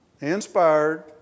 Inspired